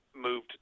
moved